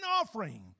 offering